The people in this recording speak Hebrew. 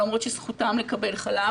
למרות שזכותם לקבל חלב.